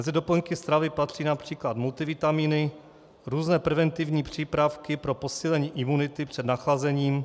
Mezi doplňky stravy patří například multivitamíny, různé preventivní přípravky pro posílení imunity před nachlazením.